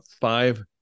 five